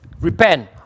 Repent